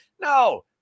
No